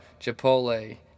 Chipotle